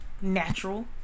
natural